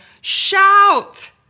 Shout